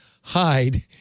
hide